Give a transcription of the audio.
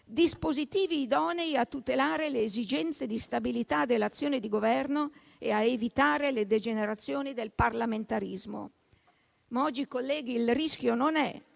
«dispositivi idonei a tutelare le esigenze di stabilità dell'azione di Governo e a evitare le degenerazioni del parlamentarismo». Ma oggi, colleghi, il rischio non è